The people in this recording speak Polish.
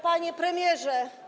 Panie Premierze!